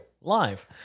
live